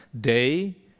day